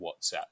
WhatsApp